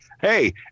Hey